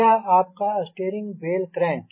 यह आपका steering bell crank